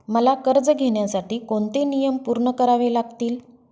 मला कर्ज घेण्यासाठी कोणते नियम पूर्ण करावे लागतील?